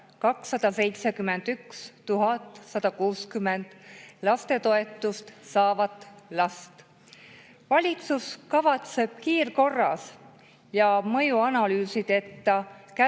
271 160 lastetoetust saavat last. Valitsus kavatseb kiirkorras ja mõjuanalüüsideta